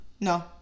No